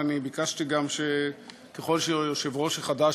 ואני גם ביקשתי: ככל שהיושב-ראש החדש